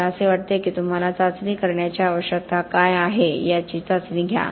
मला असे वाटते की तुम्हाला चाचणी करण्याची आवश्यकता का आहे याची चाचणी घ्या